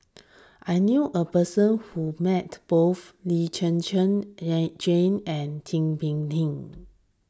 I knew a person who met both Lee Chen Chen and Jane and Tin Pei Ling